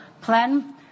plan